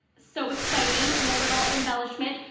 so exciting. and the little embellishment.